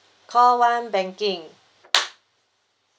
call one banking